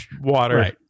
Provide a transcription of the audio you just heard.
water